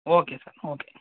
okay sir okay